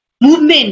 movement